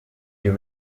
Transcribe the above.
you